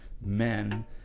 men